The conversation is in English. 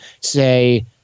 say –